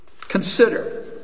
Consider